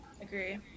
Agree